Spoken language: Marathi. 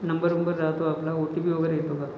नंबरवंबर जातो आपला ओ टी पी वगैरे येतो का